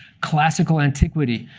classical antiquity,